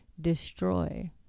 destroy